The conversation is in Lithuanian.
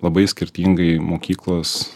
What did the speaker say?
labai skirtingai mokyklos